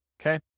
okay